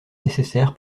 nécessaire